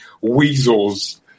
weasels